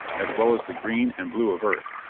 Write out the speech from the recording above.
as well as the green and blue of earth.